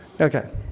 Okay